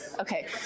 Okay